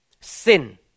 sin